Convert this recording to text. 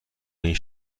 این